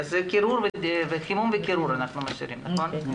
אז אנחנו משאירים חימום וקירור.